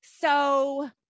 So-